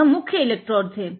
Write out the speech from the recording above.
यह मुख्य एलेक्ट्रोडस है